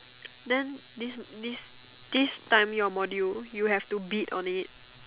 then this this this time your module you have to beat on it